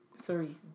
Sorry